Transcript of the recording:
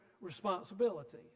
responsibility